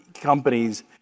companies